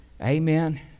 Amen